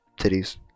titties